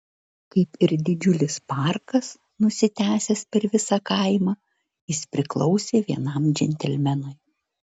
kaip ir didžiulis parkas nusitęsęs per visą kaimą jis priklausė vienam džentelmenui